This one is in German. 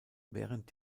während